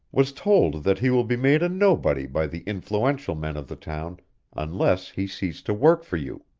was told that he will be made a nobody by the influential men of the town unless he ceased to work for you,